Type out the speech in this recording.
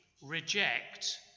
reject